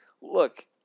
Look